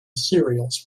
cereals